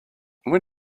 when